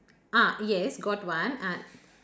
ah yes got one ah